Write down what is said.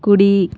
కుడి